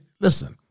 listen